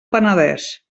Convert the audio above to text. penedès